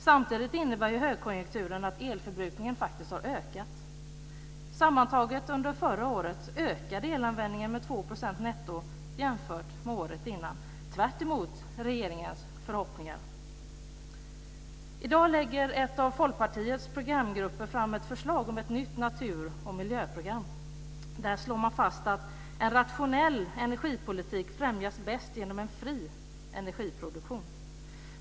Samtidigt innebär högkonjunkturen att elförbrukningen faktiskt har ökat. Sammantaget under förra året ökade elanvändningen med 2 % netto jämfört med året innan, tvärtemot regeringens förhoppningar. I dag lägger en av Folkpartiets programgrupper fram ett förslag om ett nytt natur och miljöprogram. Där slår man fast att en rationell energipolitik främjas bäst genom en fri energiproduktion.